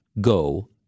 go